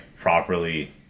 properly